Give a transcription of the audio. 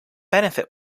benefit